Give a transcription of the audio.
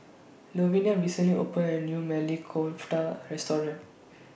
Louvenia recently opened A New Maili Kofta Restaurant